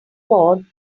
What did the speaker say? pod